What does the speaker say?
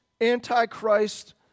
antichrist